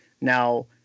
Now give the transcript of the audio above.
Now